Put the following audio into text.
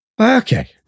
Okay